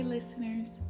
Listeners